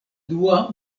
dua